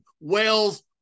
Wales